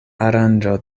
aranĝo